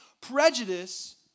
prejudice